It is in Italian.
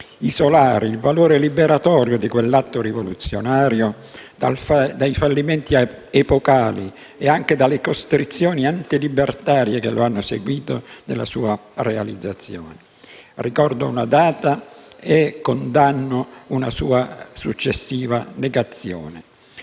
isolare il valore liberatorio di quell'atto rivoluzionario dai fallimenti epocali e anche dalle costrizioni antilibertarie, che lo hanno seguito nella sua realizzazione. Ricordo una data e condanno una sua successiva negazione.